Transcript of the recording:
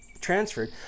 transferred